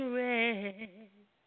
red